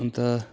अन्त